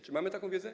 Czy mamy taką wiedzę?